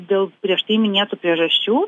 dėl prieš tai minėtų priežasčių